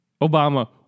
Obama